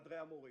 חדרי המורים.